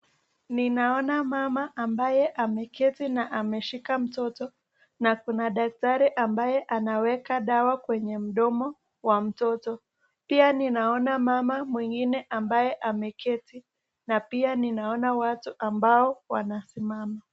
Ninaona mama ambaye ameketi na ameshika mtoto na kuna daktari ambaye anaweka dawa kwenye mdomo wa mtoto. Pia ninaona mama mwingine ambaye ameketi na pia ninaona watu ambao wanasimama.